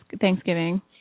Thanksgiving